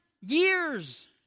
years